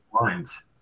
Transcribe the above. lines